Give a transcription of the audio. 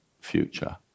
future